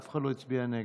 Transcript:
אף אחד לא הצביע נגד.